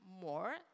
more